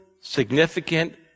significant